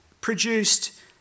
produced